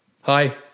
Hi